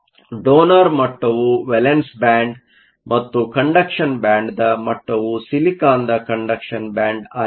donor ಮಟ್ಟವು valence band ಮತ್ತು ಕಂಡಕ್ಷನ್ದ ಮಟ್ಟವು ಸಿಲಿಕಾನ್ದ ಕಂಡಕ್ಷನ್ ಬ್ಯಾಂಡ್ ಆಗಿರುತ್ತದೆ